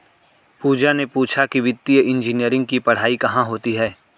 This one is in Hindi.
पूजा ने पूछा कि वित्तीय इंजीनियरिंग की पढ़ाई कहाँ होती है?